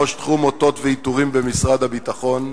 ראש תחום אותות ועיטורים במשרד הביטחון,